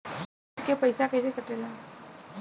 किस्त के पैसा कैसे कटेला?